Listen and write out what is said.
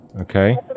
Okay